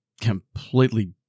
completely